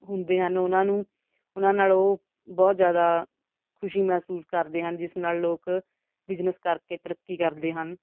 ਹੁੰਦੇ ਹਨ ਉਹਨਾਂ ਨੂੰ ਉਹਨਾਂ ਨਾਲ ਉਹ ਬਹੁਤ ਜ਼ਿਆਦਾ ਖੁਸ਼ੀ ਮਹਿਸੂਸ ਕਰਦੇ ਹਨ ਜਿਸ ਨਾਲ ਲੋਕ ਬਿਜਨਸ ਕਰਕੇ ਤਰੱਕੀ ਕਰਦੇ ਹਨ